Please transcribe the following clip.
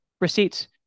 receipts